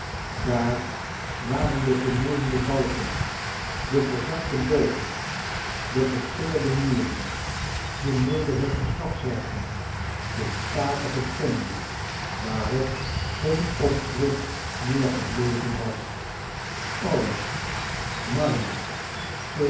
daar waren de vermolmde balken de verzakte bogen de gescheurde muren de nederige grafzerken de statige tomben waarop geen opschrift meer gebleven was alles marmer